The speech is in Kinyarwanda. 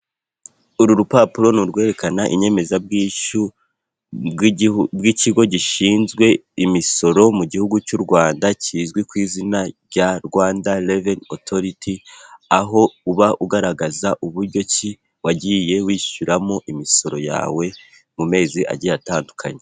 Uru rupapuro ni urwerekana inyemezabwishyu bw'ikigo gishinzwe imisoro mu gihugu cy'u Rwanda kizwi ku izina rya Rwanda reveni otoriti, aho uba ugaragaza uburyo ki wagiye wishyuramo imisoro yawe mu mezi agiye atandukanye.